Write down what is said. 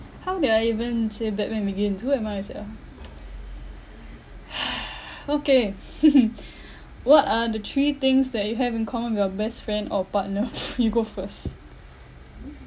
how did I even say batman begins who am I is it ah okay what are the three things that you have in common with your best friend or partner you go first